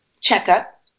checkup